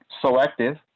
selective